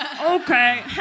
okay